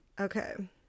Okay